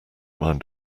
mind